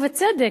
ובצדק,